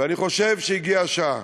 ואני חושב שהגיעה השעה